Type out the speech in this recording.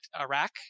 Iraq